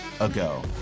ago